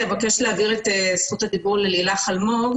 אני מבקשת להעביר את זכות הדיבור ללילך אלמוג.